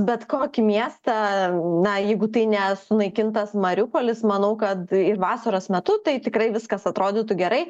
bet kokį miestą na jeigu tai ne sunaikintas mariupolis manau kad ir vasaros metu tai tikrai viskas atrodytų gerai